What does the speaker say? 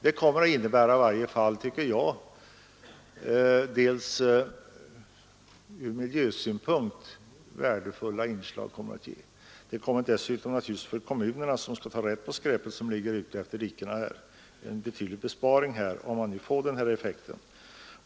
Den kommer att bli värdefull ur miljösynpunkt. Den kommer dessutom, om den får avsedd effekt, att innebära en betydande besparing för kommunerna, som har att ta rätt på skräpet längs dikena.